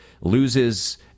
loses